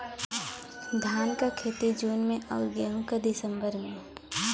धान क खेती जून में अउर गेहूँ क दिसंबर में?